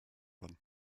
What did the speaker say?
run